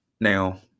Now